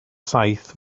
saith